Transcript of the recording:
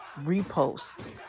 repost